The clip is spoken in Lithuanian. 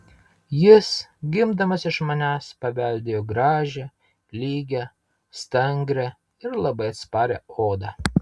jis gimdamas iš manęs paveldėjo gražią lygią stangrią ir labai atsparią odą